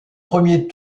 premiers